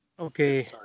Okay